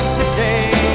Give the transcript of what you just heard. today